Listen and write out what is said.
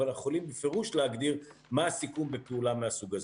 אבל אנחנו יכולים בפירוש להגדיר מה הסיכון בפעולה מהסוג הזה.